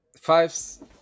Fives